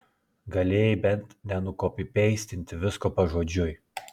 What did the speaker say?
galėjai bent nenukopipeistinti visko pažodžiui